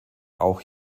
auch